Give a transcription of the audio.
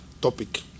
topic